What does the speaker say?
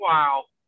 Wow